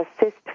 assist